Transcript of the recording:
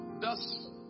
thus